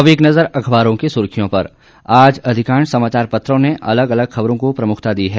अब एक नज़र अखबारों की सुर्खियों पर आज अधिकांश समाचार पत्रों ने अलग अलग खबरों को प्रमुखता दी है